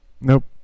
Nope